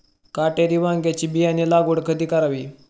काटेरी वांग्याची बियाणे लागवड कधी करावी?